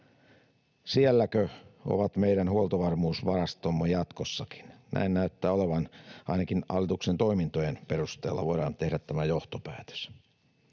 Sielläkö ovat meidän huoltovarmuusvarastomme jatkossakin? Näin näyttää olevan. Ainakin hallituksen toimintojen perusteella voidaan tehdä tämä johtopäätös.